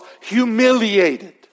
humiliated